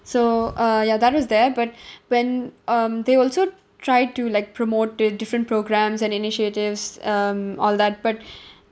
so uh ya that was there but when um they also try to like promote their different programmes and initiatives um all that but